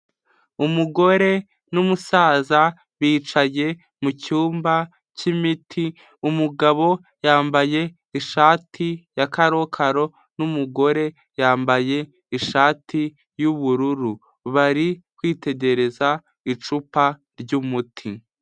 Umugore n'umusaza bicaye mu cyumba k'imiti umugabo yambaye ishati ya karokaro n'umugore yambaye ishati y'ubururu bari kwitegereza icupa ry'umuti.